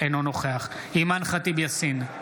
אינו נוכח אימאן ח'טיב יאסין,